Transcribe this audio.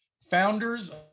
founders